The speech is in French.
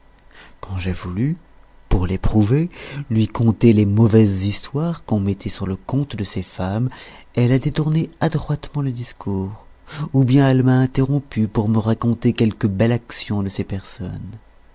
quand j'ai voulu pour l'éprouver lui conter les mauvaises histoires qu'on mettait sur le compte de ces femmes elle a détourné adroitement le discours ou bien elle m'a interrompu pour me raconter quelque belle action de ces personnes